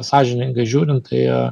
sąžiningai žiūrint tai